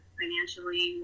financially